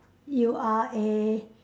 you are a